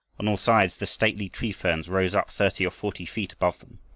on all sides the stately tree-ferns rose up thirty or forty feet above them,